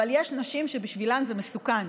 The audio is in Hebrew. אבל יש נשים שבשבילן זה מסוכן.